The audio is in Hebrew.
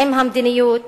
במדיניות